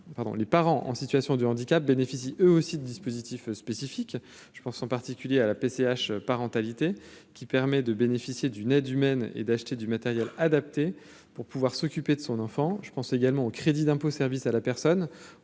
les parents en situation de handicap bénéficient eux aussi de dispositifs spécifiques, je pense en particulier à la PCH parentalité qui permet de bénéficier d'une aide humaine et d'acheter du matériel adapté. Pour pouvoir s'occuper de son enfant, je pense également au crédit d'impôt, service à la personne